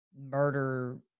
murder